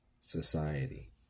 society